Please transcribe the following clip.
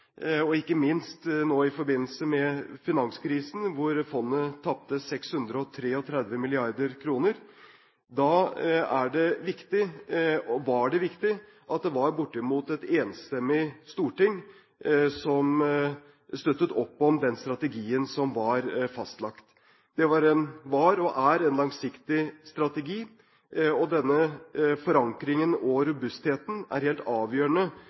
og ikke minst nå i forbindelse med finanskrisen, hvor fondet tapte 633 mrd. kr. Da var det viktig at det var bortimot et enstemmig storting som støttet opp om den strategien som var fastlagt. Det var og er en langsiktig strategi, og denne forankringen og robustheten er helt avgjørende